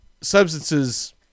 substances